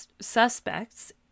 suspects